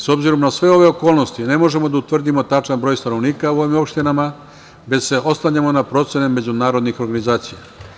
S obzirom na sve ove okolnosti ne možemo da utvrdimo tačan broj stanovnika u ovim opštinama, već se oslanjamo na procene međunarodnih organizacija.